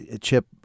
Chip